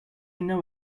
know